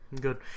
good